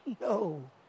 No